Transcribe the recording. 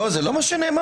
זה לא מה שנאמר.